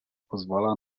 pozwala